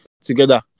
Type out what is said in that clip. together